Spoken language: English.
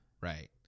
Right